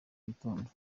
gitondo